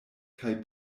kaj